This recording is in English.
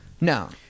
No